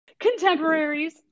contemporaries